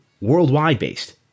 worldwide-based